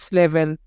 level